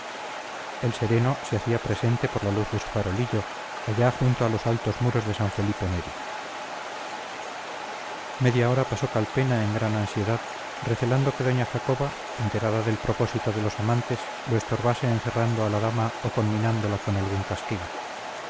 el sereno se hacía presente por la luz de su farolillo allá junto a los altos muros de san felipe neri media hora pasó calpena en gran ansiedad recelando que doña jacoba enterada del propósito de los amantes lo estorbase encerrando a la dama o conminándola con algún castigo